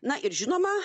na ir žinoma